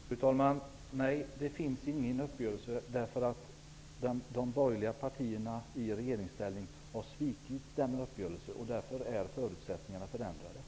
Fru talman! Nej, det finns ingen uppgörelse, eftersom de borgerliga partierna i regeringsställning har svikit uppgörelsen. Därför är förutsättningarna förändrade.